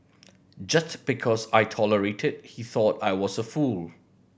just because I tolerated he thought I was a fool